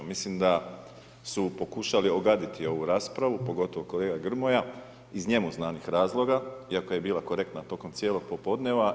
Mislim da, su pokušali ogaditi ovu raspravu, pogotovo kolega Grmoja iz njemu znanih razloga, iako je bila korektna tokom cijelog popodneva.